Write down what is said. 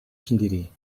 sendiri